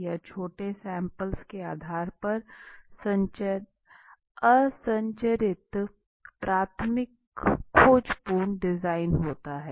यह छोटे सैम्पल्स के आधार पर असंरचित प्राथमिक खोजपूर्ण डिजाइन होता है